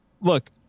Look